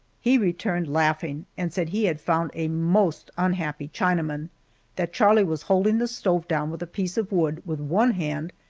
he returned laughing, and said he had found a most unhappy chinaman that charlie was holding the stove down with a piece of wood with one hand,